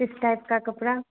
किस टाइप का कपड़ा